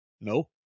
No